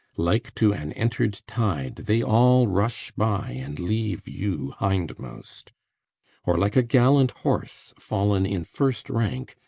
like to an ent'red tide they all rush by and leave you hindmost or, like a gallant horse fall'n in first rank,